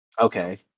Okay